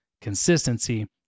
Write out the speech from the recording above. consistency